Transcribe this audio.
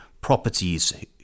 properties